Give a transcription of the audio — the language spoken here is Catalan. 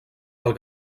del